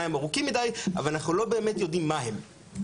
הם ארוכים מדי אבל אנחנו לא באמת יודעים מה הם.